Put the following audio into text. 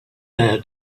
there